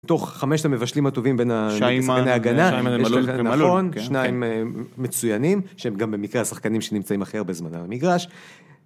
תוך 5 המבשלים הטובים בין ההגנה, שניים מצוינים שהם גם במקרה השחקנים שנמצאים הכי הרבה זמן על המגרש